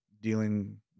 dealing